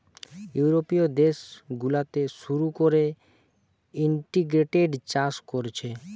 ইউরোপীয় দেশ গুলাতে শুরু কোরে ইন্টিগ্রেটেড চাষ কোরছে